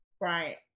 Right